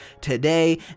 today